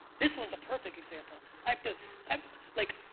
this one is a perfect example. i have to like,